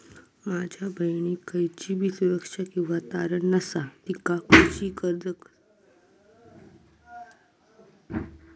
माझ्या बहिणीक खयचीबी सुरक्षा किंवा तारण नसा तिका कृषी कर्ज कसा मेळतल?